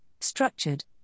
structured